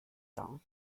cents